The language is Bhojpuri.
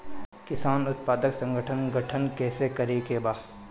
किसान उत्पादक संगठन गठन कैसे करके बा?